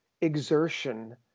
exertion